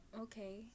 Okay